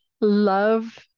love